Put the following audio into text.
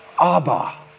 Abba